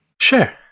Sure